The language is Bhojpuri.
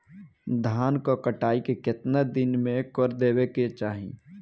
धान क कटाई केतना दिन में कर देवें कि चाही?